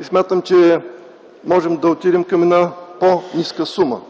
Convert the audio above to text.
и смятам, че можем да отидем към една по-ниска сума,